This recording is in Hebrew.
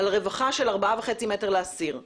על רווחה של 4.5 מ"ר לאסיר.